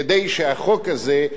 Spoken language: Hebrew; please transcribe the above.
כדי שהחוק הזה,